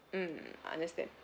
mm understand